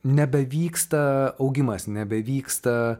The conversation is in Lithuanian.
nebevyksta augimas nebevyksta